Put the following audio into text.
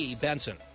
Benson